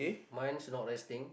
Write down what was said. mine's not resting